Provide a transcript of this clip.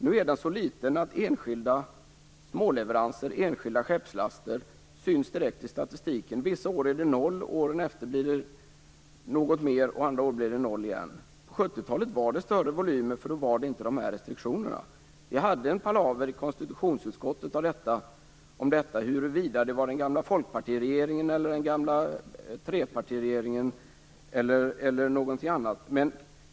Nu är exporten så liten att enskilda småleveranser och skeppslaster syns direkt i statistiken. Vissa år är det noll, andra år blir det något mer, och andra år blir det noll igen. På 70-talet var volymerna större, därför att då fanns inte de här restriktionerna. Vi hade en palaver i konstitutionsutskottet om huruvida det var under den gamla folkpartiregeringen eller den gamla trepartiregeringen eller någon annan.